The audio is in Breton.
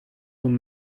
gant